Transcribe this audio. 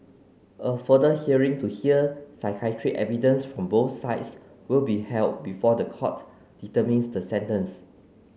a further hearing to hear psychiatric evidence from both sides will be held before the court determines the sentence